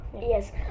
Yes